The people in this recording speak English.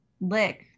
Lick